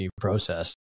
process